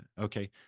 Okay